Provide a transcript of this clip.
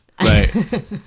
right